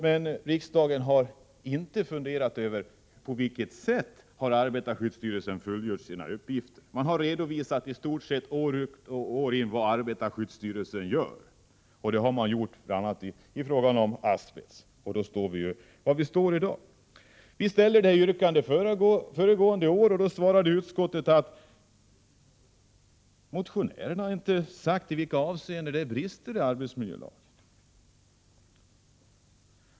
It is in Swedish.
Men riksdagen har inte funderat över på vilket sätt arbetarskyddsstyrelsen har fullgjort sina uppgifter, även om man år ut och år in redovisat vad arbetarskyddsstyrelsen gör, bl.a. vad gäller asbest. När vi föregående år ställde vårt yrkande svarade utskottet att motionärernainte har talat om i vilka avseenden som det finns brister i arbetsmiljölagen.